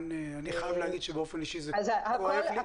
אני חייב לומר שבאופן אישי זה כואב לי.